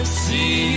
see